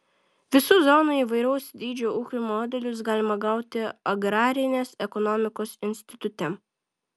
visų zonų įvairaus dydžio ūkių modelius galima gauti agrarinės ekonomikos institute